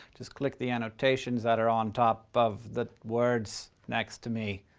just click the annotations that are on top of the words next to me.